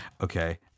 okay